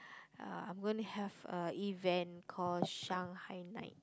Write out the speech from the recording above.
uh I'm going to have a event call Shanghai night